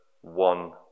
one